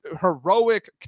heroic